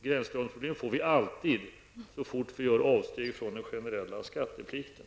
Gränsdragningsproblem får vi alltid så fort vi gör avsteg från den generella skatteplikten.